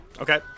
Okay